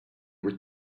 were